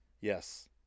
Yes